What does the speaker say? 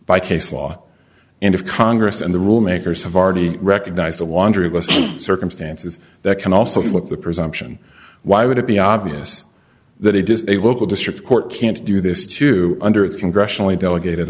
by case law and of congress and the rule makers have already recognized the wanderlust circumstances that can also look the presumption why would it be obvious that it is a local district court can't do this to under its congressionally delegated